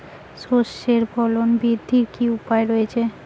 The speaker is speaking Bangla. সর্ষের ফলন বৃদ্ধির কি উপায় রয়েছে?